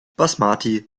basmati